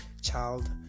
child